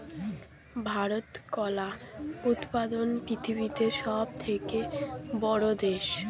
ভারত কলা উৎপাদনে পৃথিবীতে সবথেকে বড়ো দেশ